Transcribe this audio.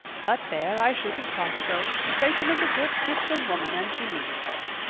but there, i shouldn't talk so. rachel is a good christian woman and she means well.